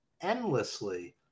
endlessly